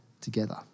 together